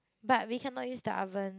but we cannot use the oven